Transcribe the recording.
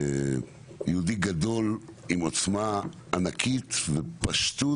יהודי גדול עם עוצמה ענקית ופשטות.